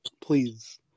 Please